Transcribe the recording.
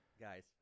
guys